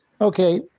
Okay